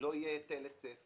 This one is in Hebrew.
לא יהיה היטל היצף.